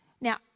Now